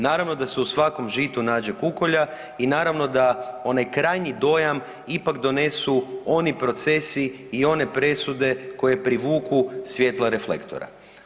Naravno da se u svakom žitu nađe kukolja i naravno da onaj krajnji dojam ipak donesu oni procesi i one presude koje privuku svjetla reflektora.